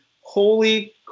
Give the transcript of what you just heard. holy